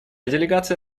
делегация